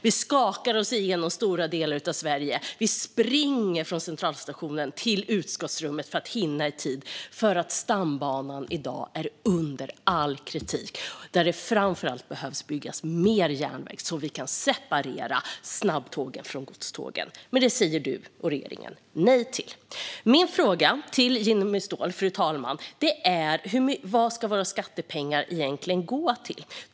Vi skakar oss igenom stora delar av Sverige, och eftersom skicket på stambanan i dag är under all kritik springer vi från Centralstationen till utskottsrummet för att hinna i tid. Det behöver framför allt byggas mer järnväg så att vi kan separera snabbtågen från godstågen. Men det säger Jimmy Ståhl och regeringen nej till. Fru talman! Min fråga till Jimmy Ståhl är vad våra skattepengar egentligen ska gå till.